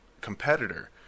competitor